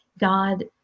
God